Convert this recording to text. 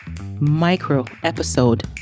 micro-episode